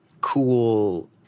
cool